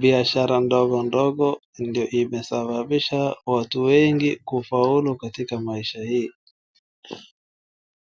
Biashara ndogo ndogo ndio imesababisha watu wengi kufaulu katika maisha hii.